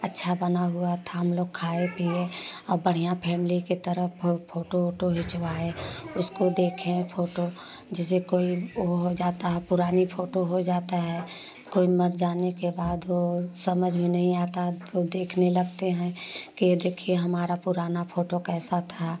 अच्छा बना हुआ था हम लोग खाए पिए और बढ़िया फैमली की तरफ फो फ़ोटो ओटो खिंचवाएँ उसको देखें फ़ोटो जिसे कोई ओ हो जाता है पुरानी फ़ोटो हो जाता है कोई मर जाने के बाद वह समझ में नहीं आता है तो देखने लगते हैं कि देखिए हमारा पुराना फ़ोटो कैसा था